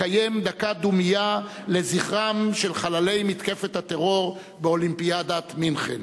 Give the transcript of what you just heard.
לקיים דקה דומייה לזכרם של חללי מתקפת הטרור באולימפיאדת מינכן.